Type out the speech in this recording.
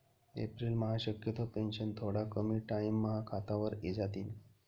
एप्रिलम्हा शक्यतो पेंशन थोडा कमी टाईमम्हा खातावर इजातीन